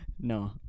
no